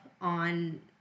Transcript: on